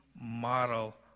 model